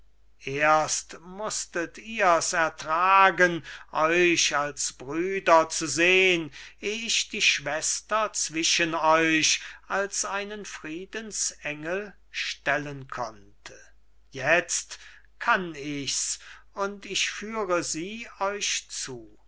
erst mußtet ihr's ertragen euch als brüder zu sehn eh ich die schwester zwischen euch als einen friedensengel stellen konnte jetzt kann ich's und ich führe sie euch zu